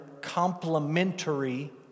complementary